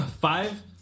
five